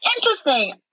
interesting